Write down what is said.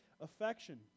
affection